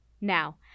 Now